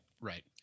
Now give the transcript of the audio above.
Right